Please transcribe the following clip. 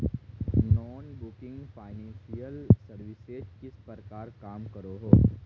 Non banking financial services किस प्रकार काम करोहो?